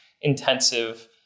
intensive